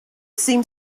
seemed